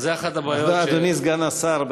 אדוני סגן השר,